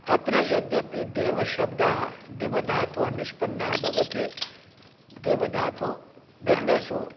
अत्र यद्यपि देवशब्दः दिव् धातोः निष्पन्नः भवति दिव् धातुः भिन्नेषु